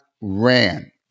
ran